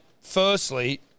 firstly